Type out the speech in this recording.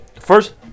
First